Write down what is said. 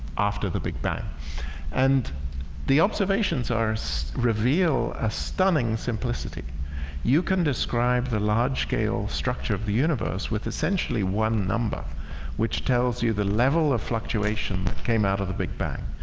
after the big bang and the observations are so reveal a stunning simplicity you can describe the large-scale structure of the universe with essentially one number which tells you the level of fluctuation that came out of the big bang.